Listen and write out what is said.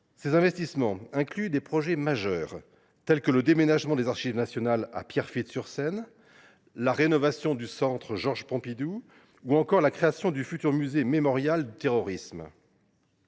Ces investissements incluent des projets majeurs, tels que le déménagement des Archives nationales à Pierrefitte sur Seine, la rénovation du centre Pompidou ou encore la création du futur musée mémorial du terrorisme.